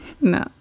No